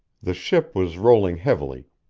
the ship was rolling heavily,